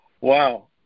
Wow